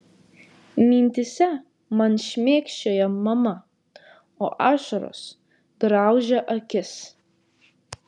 mintyse man šmėkščioja mama o ašaros graužia akis